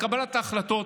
את קבלת ההחלטות.